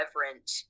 reverent